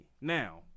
Now